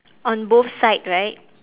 on both side right